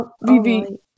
Vivi